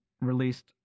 released